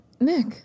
Nick